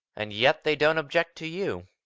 and yet they don't object to you!